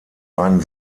ein